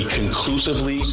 conclusively